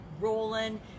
rolling